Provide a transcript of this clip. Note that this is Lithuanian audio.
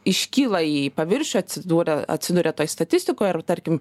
iškyla į paviršių atsidūrę atsiduria toj statistikoj ar tarkim